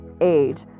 age